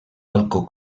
balcó